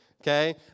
Okay